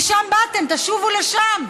משם באתם, תשובו לשם.